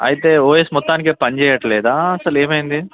అయితే ఓఎస్ మొత్తానికి పనిచేయట్లేదా అసలు ఏమి అయింది